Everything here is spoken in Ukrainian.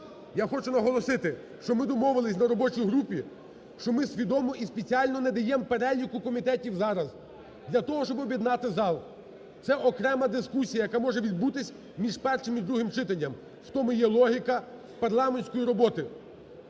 Я хочу наголосити, що ми домовились на робочій групі, що ми свідомо і спеціально не даємо переліку комітетів зараз для того, щоб об'єднати зал. Це окрема дискусія, яка може відбутись між першим і другим читанням. В тому є логіка парламентської роботи.